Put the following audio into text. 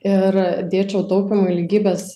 ir dėčiau taupymui lygybės